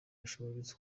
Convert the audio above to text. ashoboye